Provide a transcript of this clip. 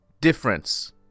difference